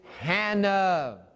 Hannah